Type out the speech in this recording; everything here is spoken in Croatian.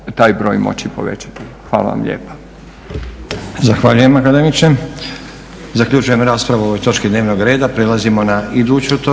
taj broj moći povećati. Hvala vam lijepa.